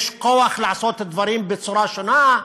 יש כוח לעשות דברים בצורה שונה,